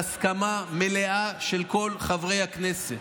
בהסכמה מלאה של כל חברי הכנסת.